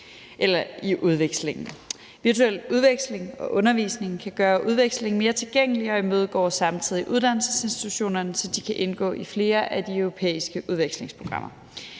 eller udveksling. Virtuel udveksling og undervisning kan gøre udvekslingen mere tilgængelig og imødegår samtidig uddannelsesinstitutionerne, så de kan indgå i flere af de europæiske udvekslingsprogrammer.